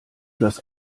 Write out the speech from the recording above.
das